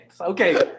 Okay